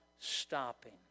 stopping